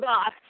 God